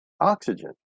oxygen